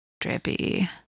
Drippy